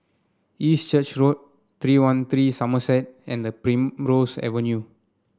East Church Road Three One Three Somerset and Primrose Avenue